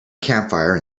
campfire